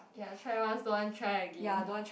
ya try once don't want try again